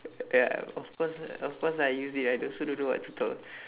ya of course lah of course I use it I also don't know what to talk